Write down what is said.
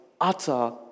utter